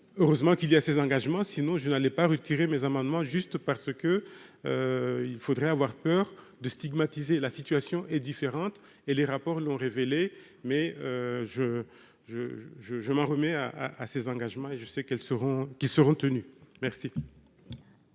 heureusement qu'il y a ses engagements, sinon je n'allais pas retirer mes amendements juste parce que il faudrait avoir peur de stigmatiser la situation est différente et les rapports l'ont révélé, mais je, je, je, je, je m'en remets à à ses engagements et je sais qu'elles seront qui seront